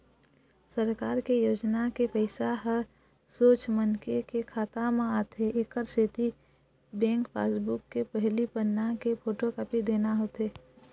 सरकार के योजना के पइसा ह सोझ मनखे के खाता म आथे एकर सेती बेंक पासबूक के पहिली पन्ना के फोटोकापी देना होथे